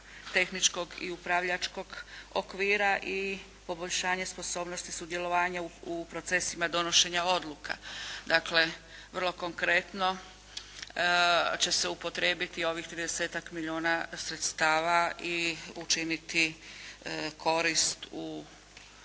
tehničkog i upravljačkog okvira i poboljšanje sposobnosti sudjelovanja u procesima donošenja odluka. Dakle, vrlo konkretno će se upotrijebiti ovih 30-tak milijuna sredstava i učiniti korist u